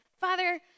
Father